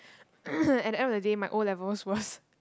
at the end of the day my O-levels was